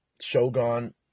shogun